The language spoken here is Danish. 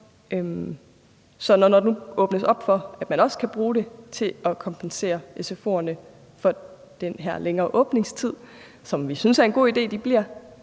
Så når der nu åbnes op for, at man også kan bruge det til at kompensere sfo'erne for den her længere åbningstid, som vi synes er en god idé at de giver,